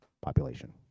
population